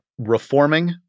Reforming